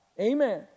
amen